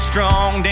Strong